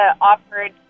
offered